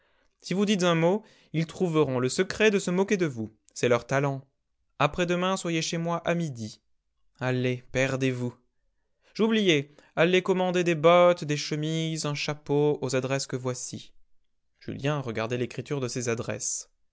si vous dites un mot ils trouveront le secret de se moquer de vous c'est leur talent après-demain soyez chez moi à midi allez perdez vous j'oubliais allez commander des bottes des chemises un chapeau aux adresses que voici julien regardait l'écriture de ces adresses